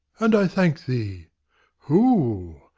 and i thank thee hoo!